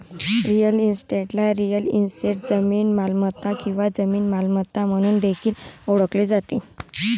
real इस्टेटला real estate, जमीन मालमत्ता किंवा जमीन मालमत्ता म्हणून देखील ओळखले जाते